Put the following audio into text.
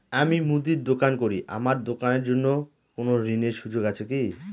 আমি মুদির দোকান করি আমার দোকানের জন্য কোন ঋণের সুযোগ আছে কি?